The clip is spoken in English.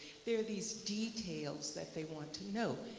there are these details that they want to know.